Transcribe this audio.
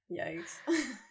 Yikes